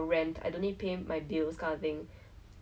!wah! the COVID I tell you then